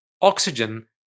oxygen